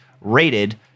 rated